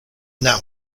now